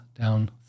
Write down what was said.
down